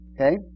Okay